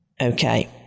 Okay